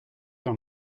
dans